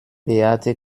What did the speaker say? beate